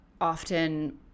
often